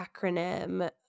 acronym